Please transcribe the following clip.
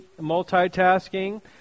multitasking